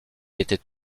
était